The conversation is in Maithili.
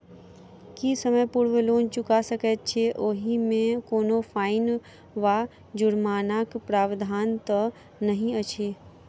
की समय पूर्व लोन चुका सकैत छी ओहिमे कोनो फाईन वा जुर्मानाक प्रावधान तऽ नहि अछि?